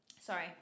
sorry